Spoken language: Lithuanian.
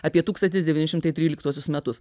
apie tūkstantis devyni šimtai tryliktuosius metus